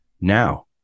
now